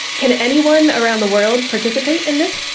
can anyone around the world participate in this?